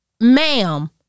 ma'am